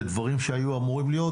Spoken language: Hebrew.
לדברים שהיו אמורים להיות,